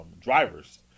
drivers